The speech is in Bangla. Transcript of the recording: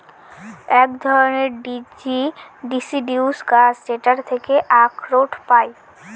এক ধরনের ডিসিডিউস গাছ যেটার থেকে আখরোট পায়